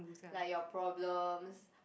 like your problems